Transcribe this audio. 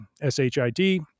S-H-I-D